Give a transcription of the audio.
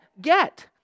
get